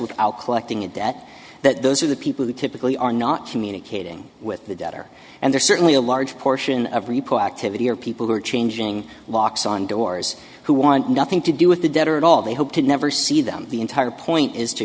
without collecting a debt that those are the people who typically are not communicating with the debtor and there's certainly a large portion of report activity or people who are changing locks on doors who want nothing to do with the debtor at all they hope to never see them the entire point is to